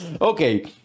Okay